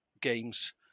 games